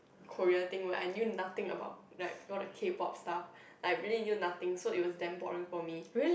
Korea thing where I knew nothing about like all the K-pop stuff like really knew nothing so it was damn boring for me